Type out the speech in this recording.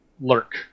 lurk